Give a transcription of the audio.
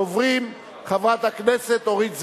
ראשונת הדוברים, חברת הכנסת אורית זוארץ,